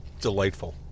delightful